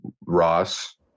Ross